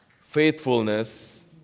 faithfulness